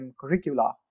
curricula